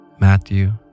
Matthew